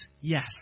Yes